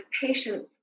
patience